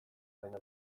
baino